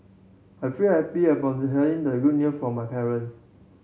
I felt happy upon the hearing the good new from my parents